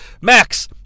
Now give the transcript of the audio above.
Max